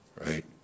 Right